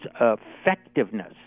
effectiveness